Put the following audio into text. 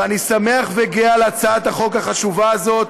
ואני שמח וגאה על הצעת החוק החשובה הזאת,